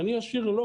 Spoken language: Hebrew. ואני אשאיר לו